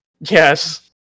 Yes